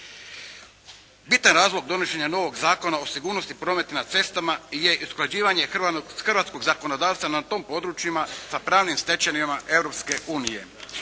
Bitan razlog donošenja novog Zakona o sigurnosti prometa na cestama je usklađivanje hrvatskog zakonodavstva na tom području sa pravnim stečevinama